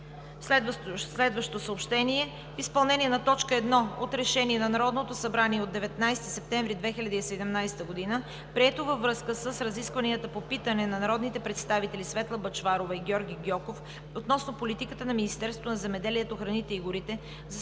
Народното събрание. - В изпълнение на т. 1 от Решение на Народното събрание от 19 септември 2017 г., прието във връзка с разискванията по питане на народните представители Светла Бъчварова и Георги Гьоков, относно политиката на Министерството на земеделието, храните и горите за създаване